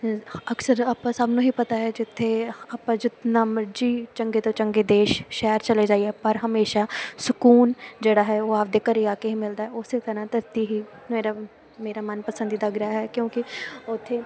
ਅ ਅਕਸਰ ਆਪਾਂ ਸਭ ਨੂੰ ਹੀ ਪਤਾ ਹੈ ਜਿੱਥੇ ਆਪਾਂ ਜਿੰਨਾਂ ਮਰਜ਼ੀ ਚੰਗੇ ਤੋਂ ਚੰਗੇ ਦੇਸ਼ ਸ਼ਹਿਰ ਚਲੇ ਜਾਈਏ ਪਰ ਹਮੇਸ਼ਾ ਸਕੂਨ ਜਿਹੜਾ ਹੈ ਉਹ ਆਪਦੇ ਘਰ ਆ ਕੇ ਹੀ ਮਿਲਦਾ ਹੈ ਉਸੇ ਤਰ੍ਹਾਂ ਧਰਤੀ ਹੀ ਮੇਰਾ ਮੇਰਾ ਮਨਪਸੰਦੀਦਾ ਗ੍ਰਹਿ ਹੈ ਕਿਉਂਕਿ ਓਥੇ